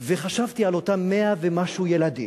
וחשבתי על אותם 100 ומשהו ילדים.